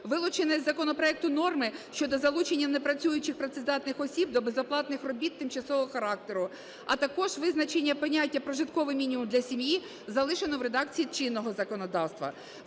Вилучені із законопроекту норми щодо залучення непрацюючих працездатних осіб о безоплатних робіт тимчасового характеру, а також визначення поняття "прожитковий мінімум для сім'ї" залишено в редакції чинного законодавства.